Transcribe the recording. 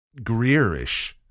Greerish